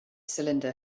cylinder